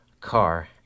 car